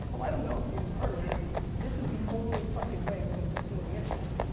i don't know if you heard this is the only fucking way we're going to consume the internet,